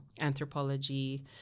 anthropology